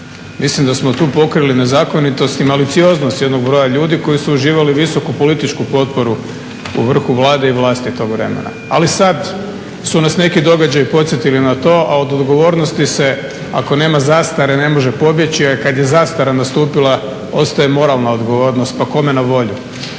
Mislim da smo tu pokrili nezakonitost i malicioznost jednog broja ljudi koji su uživali visoku političku potporu u vrhu Vlade i vlasti tog vremena. Ali sad su nas neki događaji podsjetili na to, a od odgovornosti se ako nema zastare ne može pobjeći, a kad je zastara nastupila ostaje moralna odgovornost pa kome na volju.